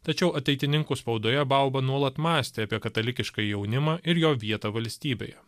tačiau ateitininkų spaudoje bauba nuolat mąstė apie katalikišką jaunimą ir jo vietą valstybėje